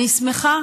אני שמחה